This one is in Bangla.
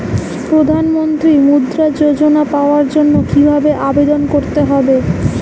প্রধান মন্ত্রী মুদ্রা যোজনা পাওয়ার জন্য কিভাবে আবেদন করতে হবে?